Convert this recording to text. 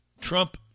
Trump